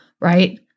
right